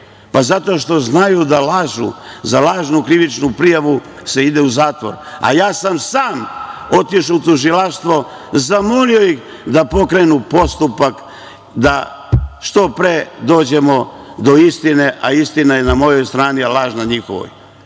Zato što znaju da lažu. Za lažnu krivičnu prijavu se ide u zatvor. Ja sam sam otišao u tužilaštvo, zamolio ih da pokrenu postupak da što pre dođemo do istine, a istina je na mojoj strani, a laž na njihovoj.